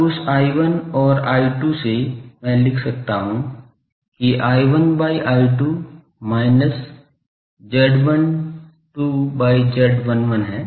अब उस I1 और I2 से मैं लिख सकता हूं कि I1 by I2 minus Z12 by Z11 है